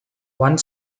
one